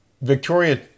Victoria